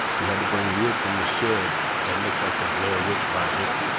we had to bring wood from the shed that looks like the blair witch project.